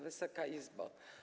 Wysoka Izbo!